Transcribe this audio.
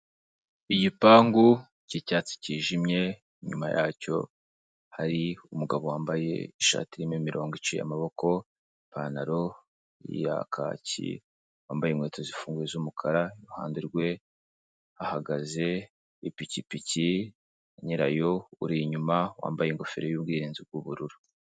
Igipangu cy'icyatsi cyijimye inyuma yacyo hari umugabo wambaye ishati irimo imirongo iciye amaboko, ipantaro ya kaki wambaye inkweto zifungunze z'umukara iruhande rwe hahagaze ipikipiki na nyirayo uri inyuma wambaye ingofero y'ubwirinzi bw'ubururu.